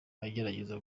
agerageza